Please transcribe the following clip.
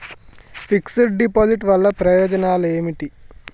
Fix డ్ deposit వల్ల ప్రయోజనాలు ఏమిటి?